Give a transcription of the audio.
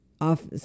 off